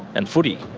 and footy.